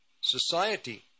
society